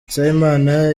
dusabimana